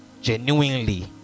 genuinely